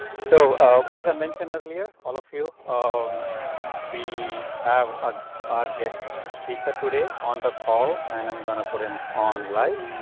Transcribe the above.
so as i mentioned earlier, all of you. um we have, ah, our guest speaker today on the call and i'm going to put him on life.